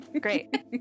Great